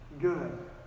good